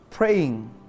Praying